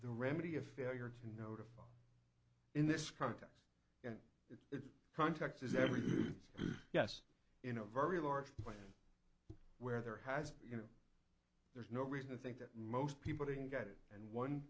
the remedy of failure to notify in this context and its context is everything yes in a very large way where there has you know there's no reason to think that most people didn't get it and one